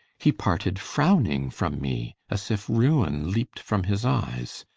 he parted frowning from me, as if ruine leap'd from his eyes.